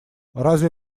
разве